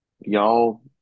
Y'all